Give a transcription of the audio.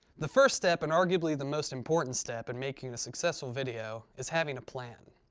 the first step, and arguably the most important step in making a successful video, is having a plan.